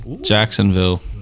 Jacksonville